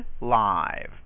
live